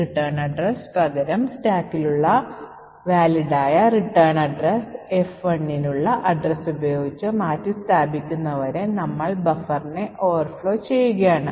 return address പകരം സ്റ്റാക്കിലുള്ള സാധുവായ റിട്ടേൺ വിലാസം F1 നുള്ള അഡ്രസ്സ് ഉപയോഗിച്ച് മാറ്റിസ്ഥാപിക്കുന്നതുവരെ നമ്മൾ ബഫറിനെ Overflow ചെയ്യുകയാണ്